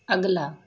ਅਗਲਾ